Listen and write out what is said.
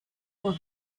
were